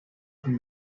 from